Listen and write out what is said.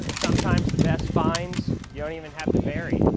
sometimes the best finds, you don't even have to bury.